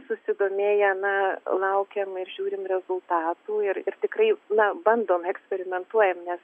susidomėję na laukiam ir žiūrim rezultatų ir ir tikrai na bandom eksperimentuojam nes